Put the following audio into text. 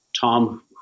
Tom